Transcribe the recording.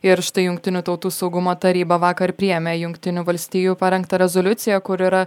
ir štai jungtinių tautų saugumo taryba vakar priėmė jungtinių valstijų parengtą rezoliuciją kur yra